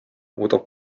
muudab